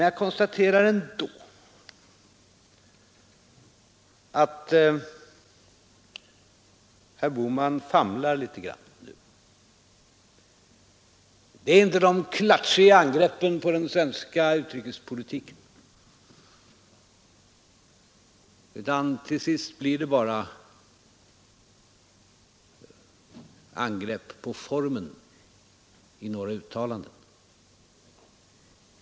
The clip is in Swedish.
Jag konstaterar emellertid ändå att herr Bohman famlar litet grand just nu. Det är inte de klatschiga angreppen på den svenska utrikespolitiken utan det blir till sist bara angrepp på formen i några uttalanden.